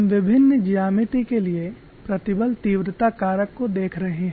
हम विभिन्न ज्यामिति के लिए प्रतिबल तीव्रता कारक को देख रहे हैं